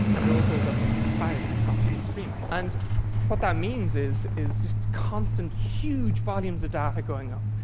and it all goes up into the cloud in a constant stream. and what that means is is just constant, huge volumes of data going up.